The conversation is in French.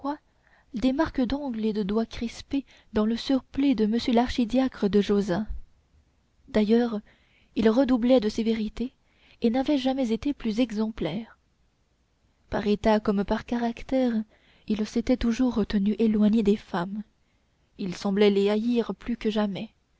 des marques d'ongles et de doigts crispés dans le surplis de monsieur l'archidiacre de josas d'ailleurs il redoublait de sévérité et n'avait jamais été plus exemplaire par état comme par caractère il s'était toujours tenu éloigné des femmes il semblait les haïr plus que jamais